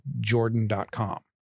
Jordan.com